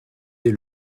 des